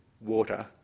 water